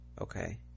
Okay